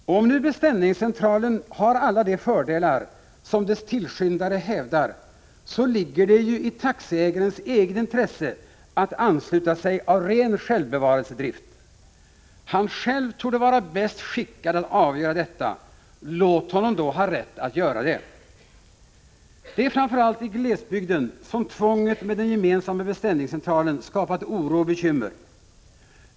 Och om nu beställningscentralen har alla de fördelar som dess tillskyndare hävdar så ligger det ju i taxiägarens eget intresse att ansluta sig av ren självbevarelsedrift. Han själv torde vara bäst skickad att avgöra detta. Låt honom då ha rätt att göra det! Det är framför allt i glesbygden som tvånget med den gemensamma beställningscentralen skapat oro och bekymmer.